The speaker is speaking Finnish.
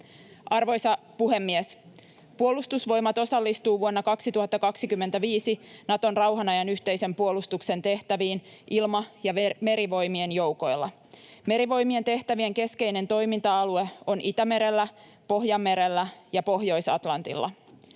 Arvoisa puhemies! Puolustusvoimat osallistuu vuonna 2025 Naton rauhanajan yhteisen puolustuksen tehtäviin Ilma- ja Merivoimien joukoilla. Merivoimien tehtävien keskeinen toiminta-alue on Itämerellä, Pohjanmerellä ja Pohjois-Atlantilla.